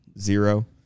Zero